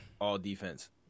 all-defense